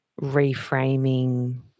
reframing